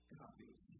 copies